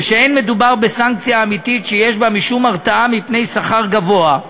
ושאין מדובר בסנקציה אמיתית שיש בה משום הרתעה מפני קביעת